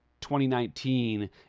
2019